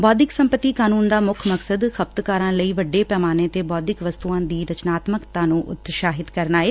ਬੌਧਿਕ ਸੰਪਤੀ ਕਾਨੁੰਨ ਦਾ ਮੁੱਖ ਮਕਸਦ ਖਪਤਕਾਰਾਂ ਲਈ ਵੱਡੇ ਪੈਮਾਨੇ ਤੇ ਬੌਧਿਕ ਵਸਤੁਆਂ ਦੀ ਰਚਨਾਤਮਕਤਾ ਨੂੰ ਉਤਸ਼ਾਹਿਤ ਕਰਨਾ ਏ